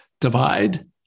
divide